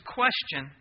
question